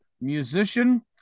musician